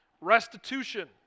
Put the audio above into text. restitution